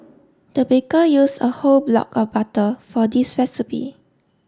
the baker use a whole block of butter for this recipe